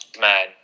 man